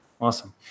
Awesome